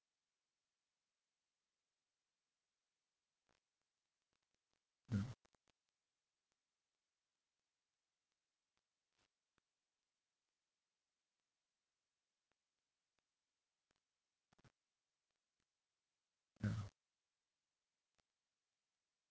ya ya